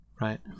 right